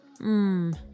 Mmm